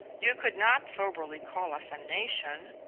you could not soberly call us a nation.